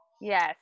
Yes